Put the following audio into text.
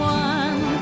one